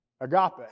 agape